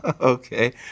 Okay